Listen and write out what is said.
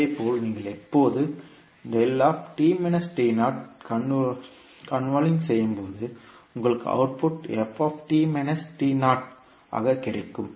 இதேபோல் நீங்கள் எப்போது கான்வோல்விங் செய்யும்போது உங்களுக்கு அவுட்புட் ஆக கிடைக்கும்